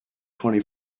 twenty